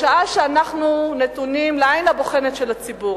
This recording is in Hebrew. בשעה שאנחנו נתונים לעין הבוחנת של הציבור,